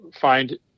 find